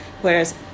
whereas